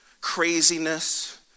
craziness